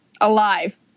Alive